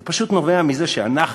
זה פשוט נובע מזה שאנחנו,